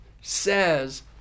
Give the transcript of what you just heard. says